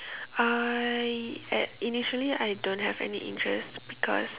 I at initially I don't have any interest because